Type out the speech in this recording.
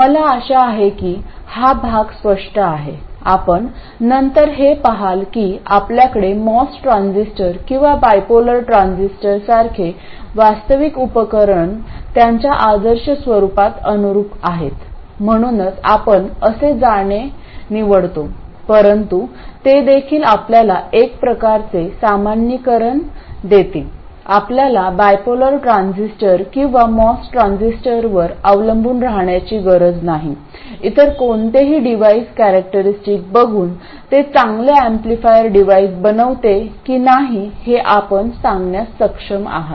मला आशा आहे की हा भाग स्पष्ट आहे आपण नंतर हे पहाल की आपल्याकडे मॉस ट्रान्झिस्टर किंवा बायपोलर ट्रान्झिस्टरसारखे वास्तविक उपकरण त्यांच्या आदर्श स्वरूपात अनुरूप आहेत म्हणूनच आपण असे जाणे निवडतो परंतु ते देखील आपल्याला एक प्रकारचे सामान्यीकरण देते आपल्याला बायपोलर ट्रान्झिस्टर किंवा मॉस ट्रान्झिस्टरवर अवलंबून राहण्याची गरज नाही इतर कोणतेही डिव्हाइस कॅरेक्टरस्टिक बघून ते चांगले एम्पलीफायर डिव्हाइस बनवते की नाही हे आपण सांगण्यास सक्षम आहात